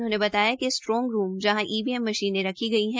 उन्होंने बतायाकि strong room जहां ईवीएम मशीने रखी गई है